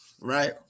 right